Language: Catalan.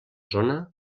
zona